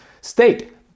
state